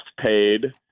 paid